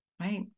right